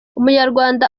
umunyarwanda